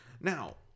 Now